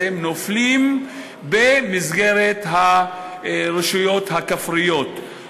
נופלים במסגרת הרשויות הכפריות,